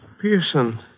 Pearson